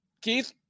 Keith